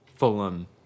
Fulham